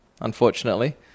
Unfortunately